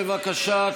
בבקשה,